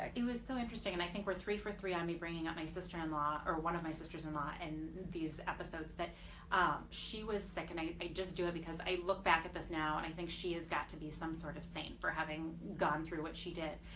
it was so interesting and i think we're three for three on me bringing up my sister-in-law or one of my sisters-in-law and these episodes but um she was sick and i i just do it because i look back at this now and i think she has got to be some sort of saint for having gone through what she did,